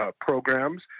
programs